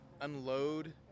unload